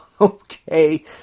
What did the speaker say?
Okay